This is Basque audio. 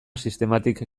sistematik